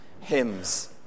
hymns